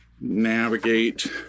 navigate